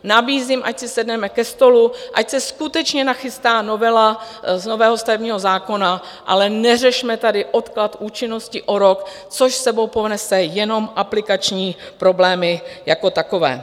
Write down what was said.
Nabízím, ať si sedneme ke stolu, ať se skutečně nachystá novela z nového stavebního zákona, ale neřešme tady odklad účinnosti o rok, což s sebou ponese jenom aplikační problémy jako takové.